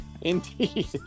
Indeed